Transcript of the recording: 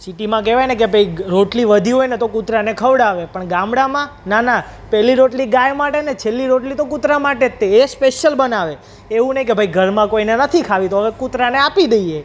સિટીમાં કહેવાય ને કે ભાઈ રોટલી વધી હોય ને તો કૂતરાને ખવડાવે પણ ગામડામાં ના ના પહેલી રોટલી ગાય માટે ને છેલ્લી રોટલી તો કુતરા માટે જ તે એ સ્પેસ્યલ બનાવે એવું નહીં કે ભાઈ ઘરમાં કોઈને નથી ખાવી તો હવે કૂતરાને આપી દઈએ